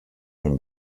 von